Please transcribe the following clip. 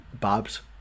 Bob's